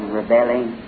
rebelling